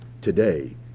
today